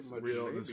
real